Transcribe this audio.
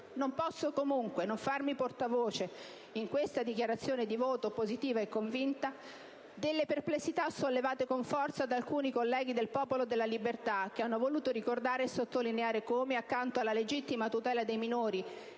Non posso comunque non farmi portavoce, in questa dichiarazione di voto positiva e convinta, delle perplessità sollevate con forza da alcuni colleghi del Popolo della Libertà che hanno voluto ricordare e sottolineare come, accanto alla legittima tutela dei minori